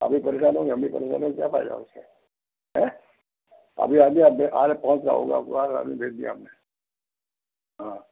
आप भी परेशान होंगे हम भी परेशान होंगे क्या फ़ायदा उसका हें अभी आदमी अपने आ रहा पहुँच रहा होगा आपके पास आदमी भेज दिया हमने हाँ